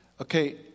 Okay